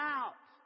out